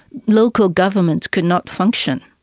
local governments could not function,